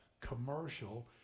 commercial